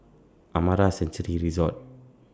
Amara Sanctuary Resort